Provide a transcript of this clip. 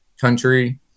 country